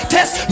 Test